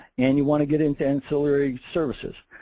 and, you wanna get into ancillary services.